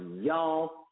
y'all